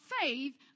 faith